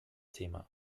thema